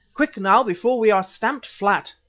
quick now before we are stamped flat.